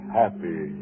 happy